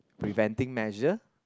preventing measure